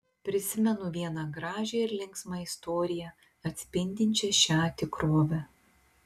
prisimenu vieną gražią ir linksmą istoriją atspindinčią šią tikrovę